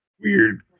weird